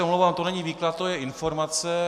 Omlouvám se to není výklad, to je informace.